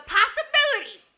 possibility